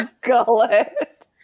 gullet